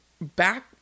back